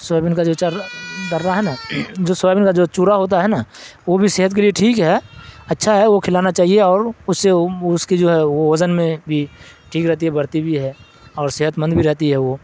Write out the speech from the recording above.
soybean کا جو چ ڈرہ ہے نا جو سویابین کا جو چورا ہوتا ہے نا وہ بھی صحت کے لیے ٹھیک ہے اچھا ہے وہ کھلانا چاہیے اور اس سے اس کی جو ہے وہ وزن میں بھی ٹھیک رہتی ہے بڑھتی بھی ہے اور صحت مند بھی رہتی ہے وہ